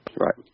Right